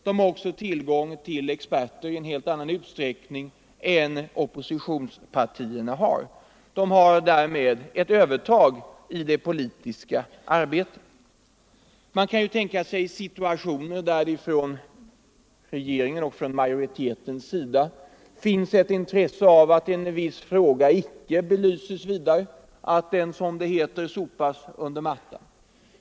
Regering och utskottsmajoritet har också i helt annan utsträckning än oppositionspartierna tillgång till experter och får därmed ett övertag i det politiska arbetet. Man kan tänka sig situationer där regeringen och därmed också utskottsmajoriteten har intresse av att en viss fråga icke belyses ytterligare utan, som det heter, sopas under mattan.